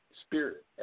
Spirit